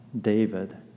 David